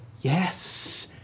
Yes